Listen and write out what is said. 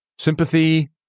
Sympathy